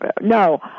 No